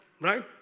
right